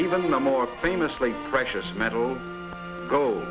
even more famously precious metal go